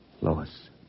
Lois